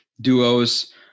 duos